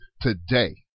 today